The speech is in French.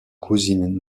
cousine